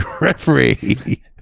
referee